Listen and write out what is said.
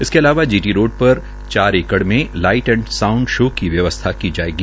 इसके अलावा G T road र चार एकड़ में लाईट एंड साउंड शो की व्यवस्था की जायेगी